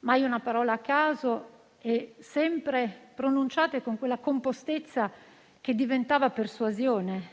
Mai una parola a caso e sempre pronunciate con quella compostezza che diventava persuasione,